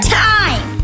time